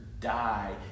die